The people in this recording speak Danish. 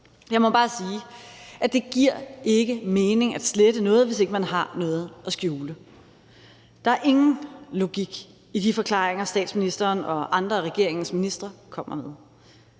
Jeg må bare sige, at det ikke giver mening at slette noget, hvis ikke man har noget at skjule. Der er ingen logik i de forklaringer, statsministeren og andre af regeringens ministre kommer med.